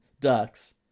ducks